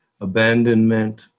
abandonment